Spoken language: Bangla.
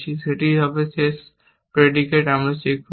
সেটিই হবে শেষ প্রেডিকেট আমরা চেক করব